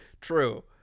True